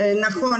נכון.